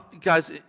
guys